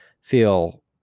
feel